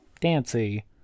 Dancy